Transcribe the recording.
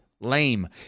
Lame